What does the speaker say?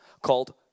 called